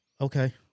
okay